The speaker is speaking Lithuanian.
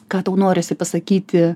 ką tau norisi pasakyti